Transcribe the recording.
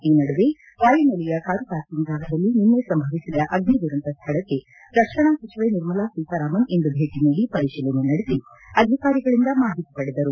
ಈ ನಡುವೆ ವಾಯುನೆಲೆಯ ಕಾರು ಪಾರ್ಕಿಂಗ್ ಜಾಗದಲ್ಲಿ ನಿನ್ನೆ ಸಂಭವಿಸಿದ ಅಗ್ನಿ ದುರಂತ ಸ್ವಳಕ್ಕೆ ರಕ್ಷಣಾ ಸಚಿವೆ ನಿರ್ಮಲಾ ಸೀತಾರಾಮನ್ ಇಂದು ಭೇಟಿ ನೀದಿ ಪರಿಶೀಲನೆ ನಡೆಸಿ ಅಧಿಕಾರಿಗಳಿಂದ ಮಾಹಿತಿ ಪಡೆದರು